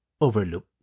overlook